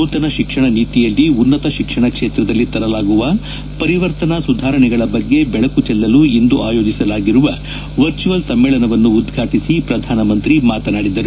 ನೂತನ ಶಿಕ್ಷಣ ನೀತಿಯಲ್ಲಿ ಉನ್ನತ ಶಿಕ್ಷಣ ಕ್ಷೇತ್ರದಲ್ಲಿ ತರಲಾಗುವ ಪರಿವರ್ತನಾ ಸುಧಾರಣೆಗಳ ಬಗ್ಗೆ ಬೆಳಕು ಚೆಲ್ಲಲು ಇಂದು ಆಯೋಜಿಸಲಾಗಿರುವ ವರ್ಚುವಲ್ ಸಮ್ಮೇಳನವನ್ನು ಉದ್ಘಾಟಿಸಿ ಪ್ರಧಾನಮಂತ್ರಿ ಮಾತನಾಡಿದರು